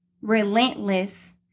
relentless